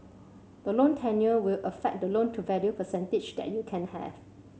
the loan tenure will affect the loan to value percentage that you can have